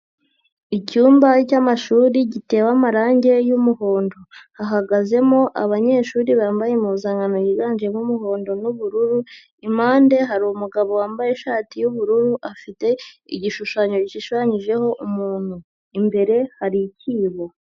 Icyumba cy'amashuri gitewe amarangi y'umuhondo, hahagazemo abanyeshuri bambaye impuzankano yiganjemo umuhondo n'ubururu, impande hari umugabo wambaye ishati y'ubururu, afite igishushanyo gishushanyijeho umuntu, imbere hari ikibo.